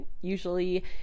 Usually